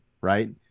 right